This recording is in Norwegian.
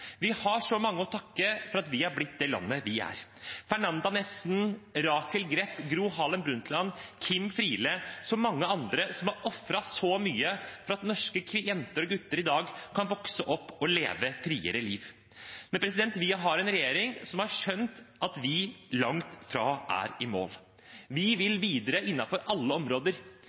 Vi har så mange å takke for at Norge er blitt det landet det er: Fernanda Nissen, Rachel Grepp, Gro Harlem Brundtland, Kim Friele og mange andre som har ofret så mye for at norske jenter og gutter i dag kan vokse opp og leve et friere liv. Vi har en regjering som har skjønt at vi langt fra er i mål. Vi vil videre innenfor alle områder,